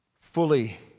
Fully